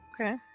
Okay